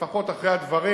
לפחות אחרי הדברים,